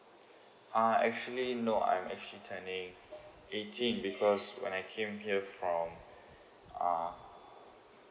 uh actually no I'm actually turning eighteen because when I came here from uh